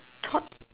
thought